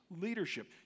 leadership